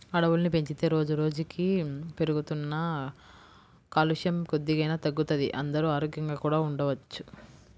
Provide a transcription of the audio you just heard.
అడవుల్ని పెంచితే రోజుకి రోజుకీ పెరుగుతున్న కాలుష్యం కొద్దిగైనా తగ్గుతది, అందరూ ఆరోగ్యంగా కూడా ఉండొచ్చు